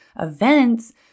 events